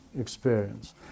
experience